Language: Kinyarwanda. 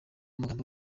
magambo